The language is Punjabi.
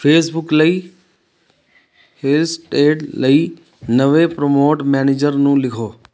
ਫੇਸਬੁੱਕ ਲਈ ਹਿੱਲਸਟੇਡ ਲਈ ਨਵੇਂ ਪ੍ਰਮੋਟ ਮੈਨੇਜਰ ਨੂੰ ਲਿਖੋ